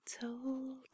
told